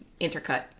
intercut